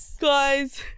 guys